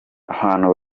abantu